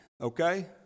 okay